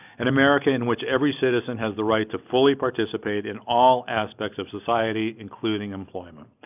an america in which every citizen has the right to fully participate in all aspects of society including employment.